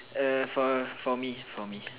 err for for me for me